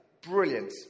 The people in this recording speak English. brilliant